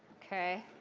ok,